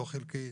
לא חלקי,